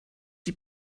die